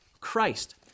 Christ